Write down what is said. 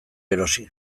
erosi